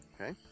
Okay